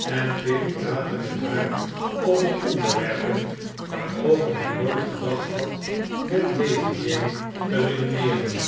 en pitt praatte met haar over onderwerpen waarover hij nooit gedacht had met lady jane te redeneeren